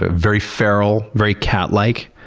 ah very feral, very cat like.